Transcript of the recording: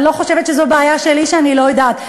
אני לא חושבת שזו בעיה שלי שאני לא יודעת,